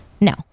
No